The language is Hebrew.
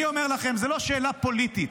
אני אומר לכם, זאת לא שאלה פוליטית,